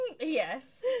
Yes